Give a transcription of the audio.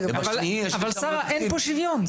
שרה, אין פה שוויון.